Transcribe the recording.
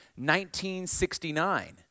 1969